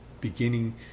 Beginning